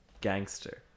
gangster